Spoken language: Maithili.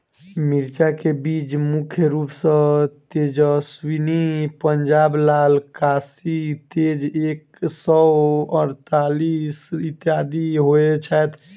मिर्चा केँ बीज मुख्य रूप सँ तेजस्वनी, पंजाब लाल, काशी तेज एक सै अड़तालीस, इत्यादि होए छैथ?